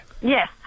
Yes